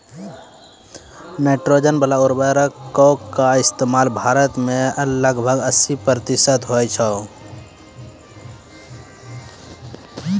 nitrogen बाला उर्वरको के इस्तेमाल भारत मे लगभग अस्सी प्रतिशत होय छै